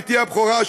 בתי הבכורה,